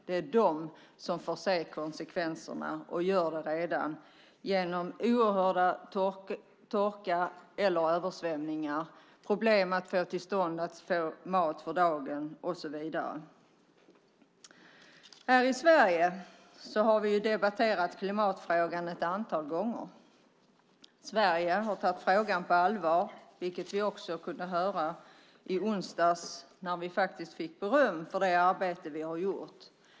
Det är de som får se konsekvenserna och gör det redan genom torka och översvämningar, problem med att få mat för dagen och så vidare. Här i Sverige har vi debatterat klimatfrågan ett antal gånger. Sverige har tagit frågan på allvar, vilket vi också kunde höra i onsdags när vi faktiskt fick beröm för det arbete vi har gjort.